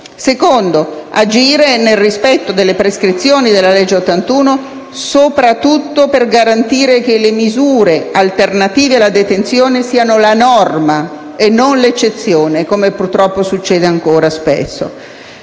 definitiva; agire, nel rispetto delle prescrizioni della legge n. 81 del 2014, soprattutto per garantire che le misure alternative alla detenzione siano la norma e non l'eccezione (come purtroppo succede ancora spesso);